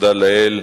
תודה לאל,